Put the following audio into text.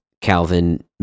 Calvin